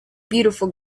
beautiful